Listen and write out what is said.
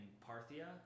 Parthia